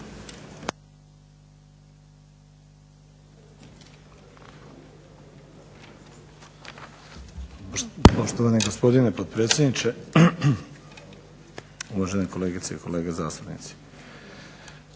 Poštovani gospodine potpredsjedniče, uvažene kolegice i kolege zastupnici.